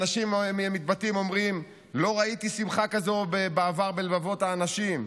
אנשים מתבטאים ואומרים: לא ראיתי שמחה כזו בעבר בלבבות האנשים,